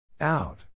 Out